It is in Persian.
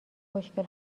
خوشگل